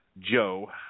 Joe